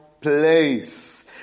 place